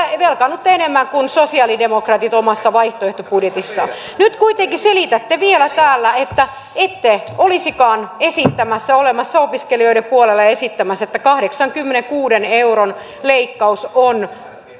velkaannutte enemmän kuin sosialidemokraatit omassa vaihtoehtobudjetissaan nyt kuitenkin selitätte vielä täällä että ette olisikaan olemassa opiskelijoiden puolella olette esittämässä kahdeksankymmenenkuuden euron leikkausta joka on